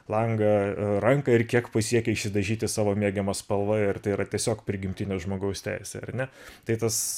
langą ranką ir kiek pasiekia išsidažyti savo mėgiama spalva ir tai yra tiesiog prigimtinė žmogaus teisė ar ne tai tas